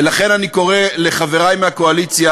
ולכן אני קורא לחברי מהקואליציה